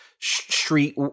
street